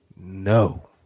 No